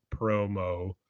promo